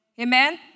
Amen